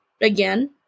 again